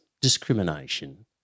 discrimination